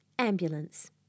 Ambulance